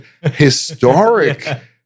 historic